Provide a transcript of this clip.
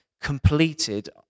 completed